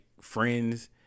friends